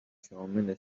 شامل